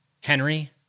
Henry